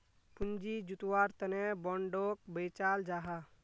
पूँजी जुत्वार तने बोंडोक बेचाल जाहा